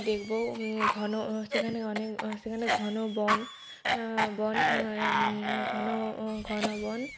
দেখব ঘন সেখানে অনেক সেখানে ঘন বন বন ঘন ঘন বন